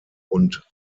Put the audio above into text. und